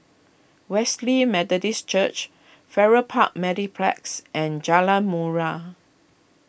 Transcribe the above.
Wesley Methodist Church Farrer Park Mediplex and Jalan Murai